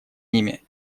ними